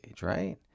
right